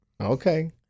okay